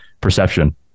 perception